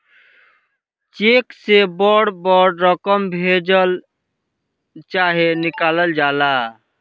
check से बड़ बड़ रकम भेजल चाहे निकालल जाला